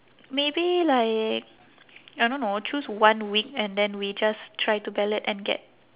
maybe like I don't know choose one week and then we just try to ballot and get